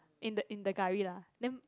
in the in the curry lah then